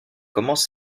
commence